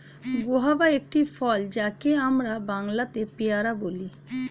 guava একটি ফল যাকে আমরা বাংলাতে পেয়ারা বলি